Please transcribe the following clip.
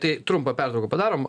tai trumpą pertrauką padarom